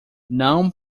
não